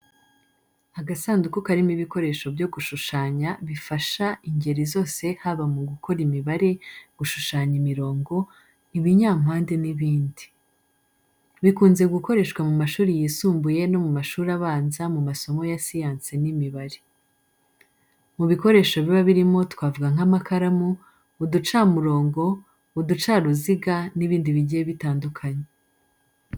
Agasanduku karimo ibikoresho byo gushushanya bifasha ingeri zose haba mu gukora imibare, gushushanya imirongo, ibinyampande n’ibindi. Bikunze gukoreshwa mu mashuri yisumbuye no mu mashuri abanza mu masomo ya siyansi n'imibare. Mu bikoresho biba birimo twavuga nk’amakaramu, uducamurongo, uducaruziga n’ibindi bigiye bitandukanye.